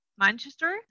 Manchester